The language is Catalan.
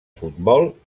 futbol